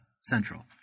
central